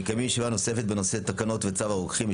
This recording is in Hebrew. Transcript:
אנחנו מקיימים היום ישיבה נוספת בנושא תקנות וצו הרוקחים,